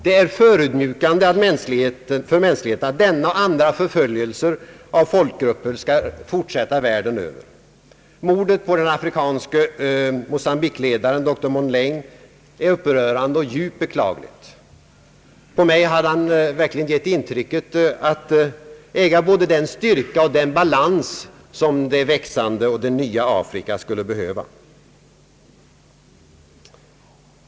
Det är förödmjukande för mänskligheten att denna och andra förföljelser av folkgrupper skall fortsätta världen över. Mordet på den afrikanske mocambiqueledaren dr Mondlane är upprörande och djupt beklagligt. På mig hade han gett intrycket av att äga både den styrka och den balans som det växande och nya Afrika skulle behöva.